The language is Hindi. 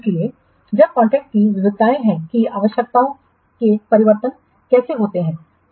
इसलिए जब कॉन्ट्रैक्ट की विविधताएं हैं कि आवश्यकताओं के परिवर्तन कैसे होते हैं